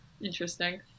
interesting